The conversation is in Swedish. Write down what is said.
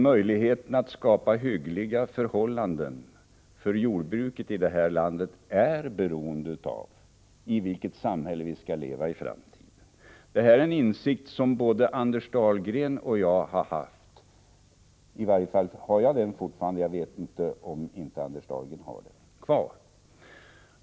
Möjligheten att skapa hyggliga förhållanden för jordbruket i det här landet är emellertid beroende av i vilket samhälle vi skall leva i framtiden. Detta är en insikt som både Anders Dahlgren och jag har — jag har den i varje fall fortfarande, jag vet inte om Anders Dahlgren har det.